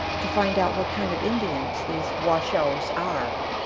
to find out what kind of indians these washoes are.